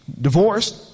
divorced